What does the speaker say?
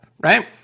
right